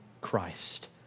Christ